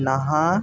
नहा